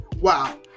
Wow